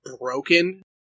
broken